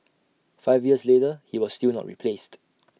five years later he was still not replaced